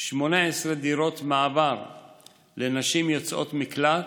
18 דירות מעבר לנשים יוצאות מקלט,